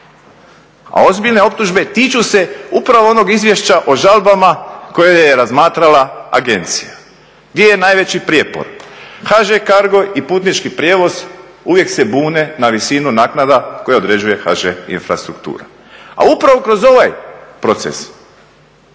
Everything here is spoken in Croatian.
a ozbiljne optužbe tiču se upravo onog izvješća o žalbama koje je razmatrala agencija. Gdje je najveći prijepor? HŽ Cargo i Putnički prijevoz uvijek se bune na visinu naknada koje određuje HŽ Infrastruktura. A upravo kroz ovaj proces